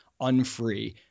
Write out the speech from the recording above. unfree